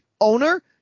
owner